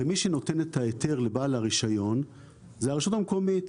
הרי מי שנותן את ההיתר לבעל הרישיון זה הרשות המקומית,